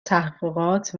تحقیقات